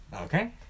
Okay